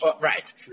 right